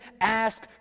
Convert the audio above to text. ask